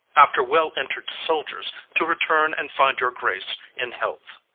after well-ent'red soldiers, to return and find your grace in health.